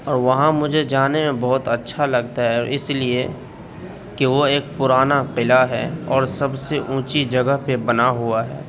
اور وہاں مجھے جانے میں بہت اچھا لگتا ہے اور اس لیے کہ وہ ایک پرانا قلعہ ہے اور سب سے اونچی جگہ پہ بنا ہوا ہے